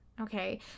okay